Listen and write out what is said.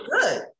good